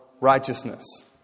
righteousness